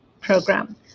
program